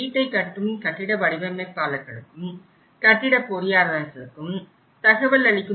வீட்டை கட்டும் கட்டிட வடிவமைப்பாளர்களுக்கும் கட்டிட பொறியாளர்களுக்கும் தகவல் அளிக்கும்